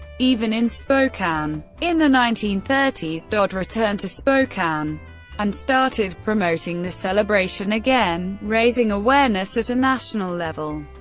even in spokane. in the nineteen thirty s dodd returned to spokane and started promoting the celebration again, raising awareness at a national level.